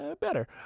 Better